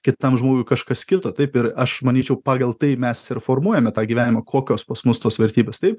kitam žmogui kažkas kito taip ir aš manyčiau pagal tai mes ir formuojame tą gyvenimą kokios pas mus tos vertybės taip